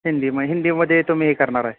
हिंदी मग हिंदीमध्ये तुम्ही हे करणार आहे